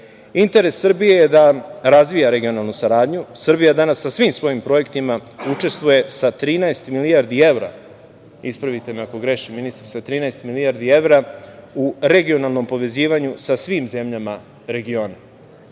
Interes Srbije je da razvija regionalnu saradnju, Srbija danas sa svim svojim projektima, učestvuje sa 13 milijardi evra, ispravite me ako grešim, ministre, sa 13 milijardi evra, u regionalnom povezivanju sa svim zemljama regiona. Važno